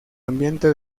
ambiente